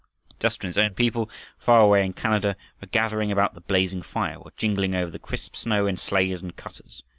just when his own people far away in canada were gathering about the blazing fire or jingling over the crisp snow in sleighs and cutters,